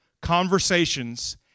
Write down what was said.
conversations